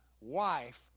wife